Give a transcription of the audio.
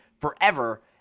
forever